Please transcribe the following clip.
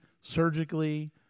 surgically